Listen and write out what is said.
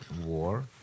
war